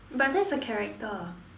but that's a character